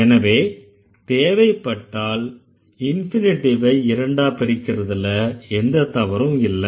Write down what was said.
எனவே தேவைப்பட்டால் இன்ஃபினிட்டிவ இரண்டா பிரிக்கறதுல எந்தத் தவறும் இல்லை